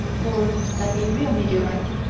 or that a real meteorite,